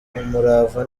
umurava